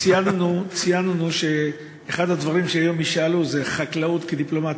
ציינו שאחד הדברים שהיום ישאלו עליהם זה חקלאות כדיפלומטיה.